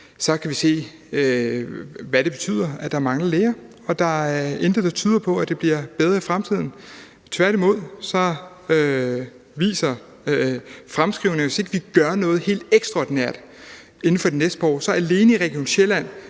– kan jeg se, hvad det betyder, at der mangler læger, og der er intet, der tyder på, at det bliver bedre i fremtiden. Tværtimod viser fremskrivninger, at hvis ikke vi gør noget helt ekstraordinært inden for de næste par år, vil der alene i Region Sjælland